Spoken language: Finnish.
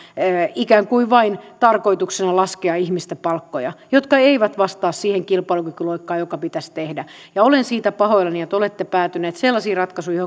ikään kuin vain tarkoituksena laskea ihmisten palkkoja jotka eivät vastaa siihen kilpailukykyloikkaan joka pitäisi tehdä olen siitä pahoillani että olette päätyneet sellaisiin ratkaisuihin